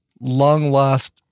long-lost